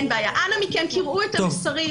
אנא מכם, קראו את המסרים.